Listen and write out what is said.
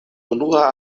unua